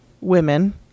women